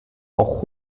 auch